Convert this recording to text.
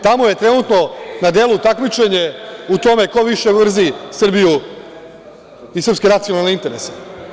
Tamo je trenutno na delu takmičenje u tome ko više mrzi Srbiju i srpske nacionalne interese.